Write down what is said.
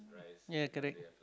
ya correct